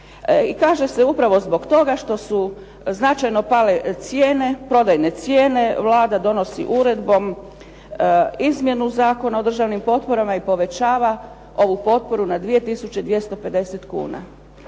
kaže se upravo zbog toga što su značajno pale cijene, prodajne cijene. Vlada donosi uredbom izmjenu Zakona o državnim potporama i povećava ovu potporu na 2250 kuna.